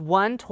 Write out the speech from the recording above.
one